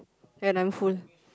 yeah handphone